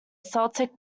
celtic